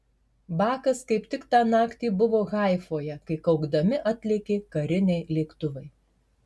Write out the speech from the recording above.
bakas kaip tik tą naktį buvo haifoje kai kaukdami atlėkė kariniai lėktuvai